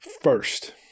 first